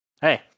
hey